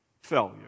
Failure